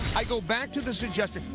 i go back to the suggestion,